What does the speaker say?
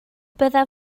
byddaf